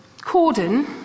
cordon